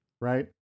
Right